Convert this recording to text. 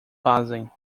fazem